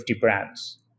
brands